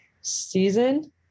Season